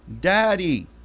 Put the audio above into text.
Daddy